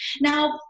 Now